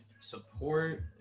support